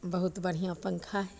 बहुत बढ़िआँ पन्खा हइ